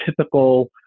typical